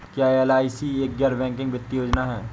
क्या एल.आई.सी एक गैर बैंकिंग वित्तीय योजना है?